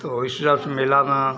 तो इस हिसाब से मेले में